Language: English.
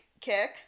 kick